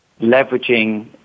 leveraging